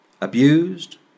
abused